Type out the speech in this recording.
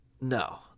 No